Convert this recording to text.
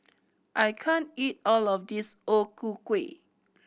I can't eat all of this O Ku Kueh